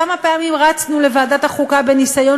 כמה פעמים רצנו לוועדת החוקה בניסיון